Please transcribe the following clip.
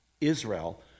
Israel